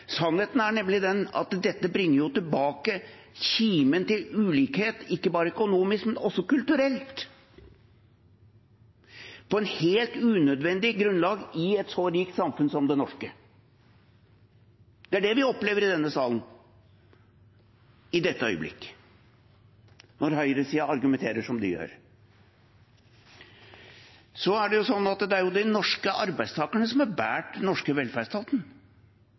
dette bringer tilbake kimen til ulikhet, ikke bare økonomisk, men også kulturelt – på et helt unødvendig grunnlag i et så rikt samfunn som det norske. Det er det vi opplever i denne salen i dette øyeblikket, når høyresiden argumenterer som de gjør. Det er de norske arbeidstakerne som har båret den norske velferdsstaten. Det er de som har skapt grunnlaget for verdiskapingen, og det er de som har